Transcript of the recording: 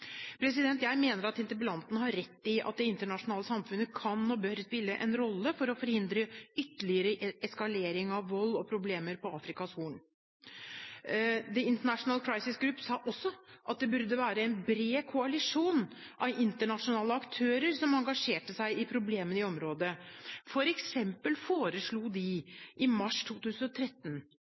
Jeg mener at interpellanten har rett i at det internasjonale samfunnet kan og bør spille en rolle for å forhindre ytterligere eskalering av vold og problemer på Afrikas Horn. The International Crisis Group sa også at det burde være en bred koalisjon av internasjonale aktører som engasjerte seg i problemene i området. For eksempel foreslo de, i mars 2013,